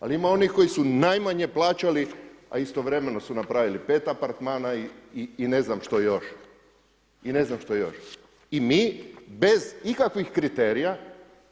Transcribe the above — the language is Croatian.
Ali ima onih koji su najmanje plaćali, a istovremeno su napravili 5 apartmana i ne znam što još i mi bez ikakvih kriterija